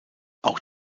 auch